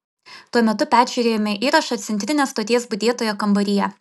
tuo metu peržiūrėjome įrašą centrinės stoties budėtojo kambaryje